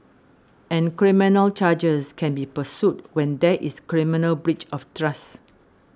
and criminal charges can be pursued when there is criminal breach of trust